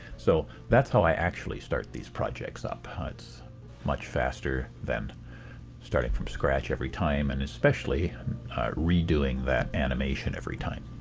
so that's how i actually start these projects up. it's much faster than starting from scratch every time and especially redoing that animation every time.